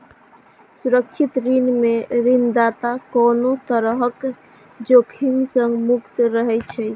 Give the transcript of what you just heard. सुरक्षित ऋण मे ऋणदाता कोनो तरहक जोखिम सं मुक्त रहै छै